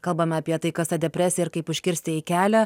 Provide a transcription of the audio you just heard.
kalbame apie tai kas ta depresija kaip užkirsti jai kelią